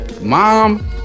mom